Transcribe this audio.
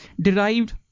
derived